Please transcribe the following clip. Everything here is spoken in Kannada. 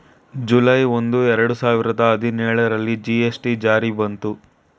ಜುಲೈ ಒಂದು, ಎರಡು ಸಾವಿರದ ಹದಿನೇಳರಲ್ಲಿ ಜಿ.ಎಸ್.ಟಿ ಜಾರಿ ಬಂತು